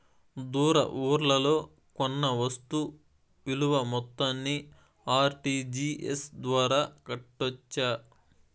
దూర ఊర్లలో కొన్న వస్తు విలువ మొత్తాన్ని ఆర్.టి.జి.ఎస్ ద్వారా కట్టొచ్చా?